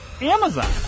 Amazon